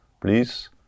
please